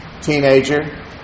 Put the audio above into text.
teenager